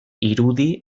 irudi